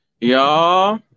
Y'all